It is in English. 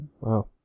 Wow